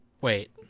wait